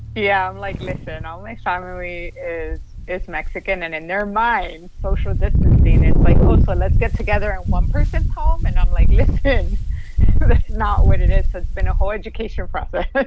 yeah. i'm like, listen. all my family is mexican. and in their mind, social distancing it's like, oh, so let's get together in one person's home? and i'm like, listen. that's not what it is. so it's been a whole education process but